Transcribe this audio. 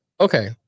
Okay